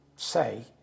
say